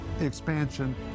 expansion